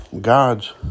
God's